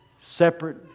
separate